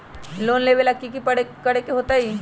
Loan लेवेला की करेके होतई?